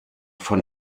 von